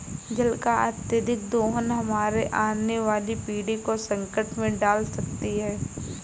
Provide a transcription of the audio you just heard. जल का अत्यधिक दोहन हमारे आने वाली पीढ़ी को संकट में डाल सकती है